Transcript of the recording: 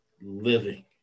living